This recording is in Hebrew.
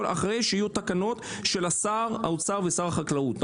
אחרי שיהיו תקנות של שר האוצר ושר החקלאות.